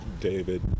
David